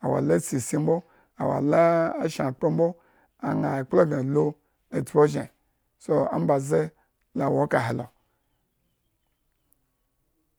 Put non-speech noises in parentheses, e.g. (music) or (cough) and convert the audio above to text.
awo la sii isi mb o, awo la a shen akpro mbo, aña ekpla bma alu atspi enzhen so, omba ze la wo ekahe lo (noise)